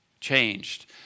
changed